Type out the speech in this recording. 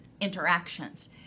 interactions